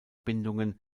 bindungen